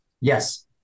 yes